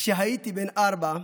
כשהייתי בן ארבע,